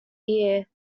year